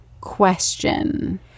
question